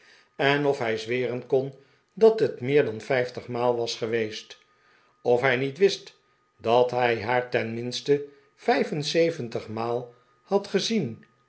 gezien of hij zweren kon dat het meer dan vijftigmaal was geweest of hij niet wist dat hij haar tenminste vijf en zeventig maal had gezien